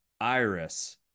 Iris